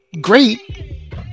Great